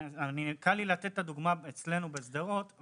קל לי לתת את הדוגמה אצלנו בשדרות.